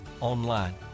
online